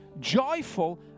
joyful